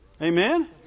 Amen